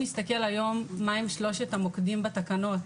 נסתכל היום מה הם שלושת המוקדים בתקנות,